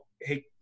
hey